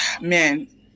man